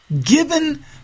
given